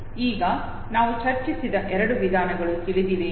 ಈಗ ನಾವು ಚರ್ಚಿಸಿದ ಎರಡು ವಿಧಾನಗಳು ತಿಳಿದಿವೆಯೇ